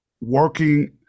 working